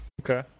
Okay